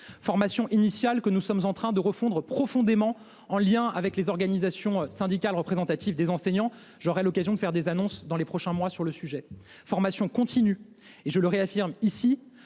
formation initiale que nous sommes en train de refondre profondément, en lien avec les organisations syndicales représentatives des enseignants. J’aurai l’occasion de formuler des annonces dans les prochains mois sur ce sujet. Je pense aussi à la formation continue. Je le réaffirme ici,